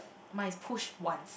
my is push once